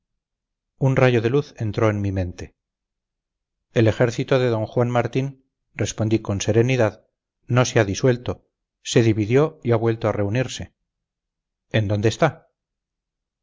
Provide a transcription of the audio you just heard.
un rayo de luz entró en mi mente el ejército de d juan martín respondí con serenidad no se ha disuelto se dividió y ha vuelto a reunirse en dónde está